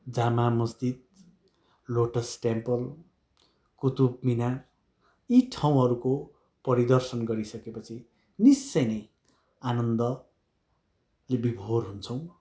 जामा Masjid Lotus Temple Qutub Minar यी ठाउँहरूको परिदर्शन गरिसकेपछि निश्चय नै आनन्दले विभोर हुन्छौँ